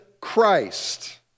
Christ